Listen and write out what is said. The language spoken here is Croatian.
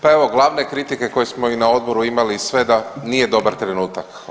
Pa evo glavne kritike koje smo i na odboru imali i sve da nije dobar trenutak.